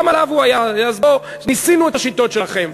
גם עליו הוא היה, אז בוא, ניסינו את השיטות שלכם.